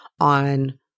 on